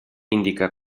indica